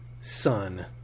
son